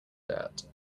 dirt